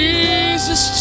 Jesus